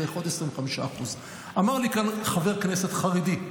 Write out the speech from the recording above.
בערך עוד 25%. אמר לי כאן חבר כנסת חרדי,